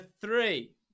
three